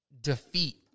defeat